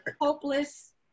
hopeless